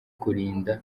kurinda